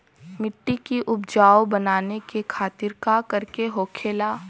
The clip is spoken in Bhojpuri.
मिट्टी की उपजाऊ बनाने के खातिर का करके होखेला?